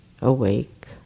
awake